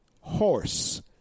horse